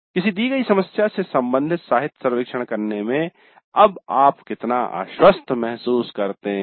किसी दी गई समस्या से संबंधित साहित्य सर्वेक्षण करने में अब आप कितना आश्वस्त महसूस करते हैं